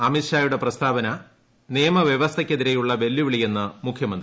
അമിത്ഷായുടെ പ്രസ്താവന നിയമവൃവസ്ഥയ്ക്ക് എതിരെയുള്ള വെല്ലുവിളിയെന്ന് മുഖ്യമന്തി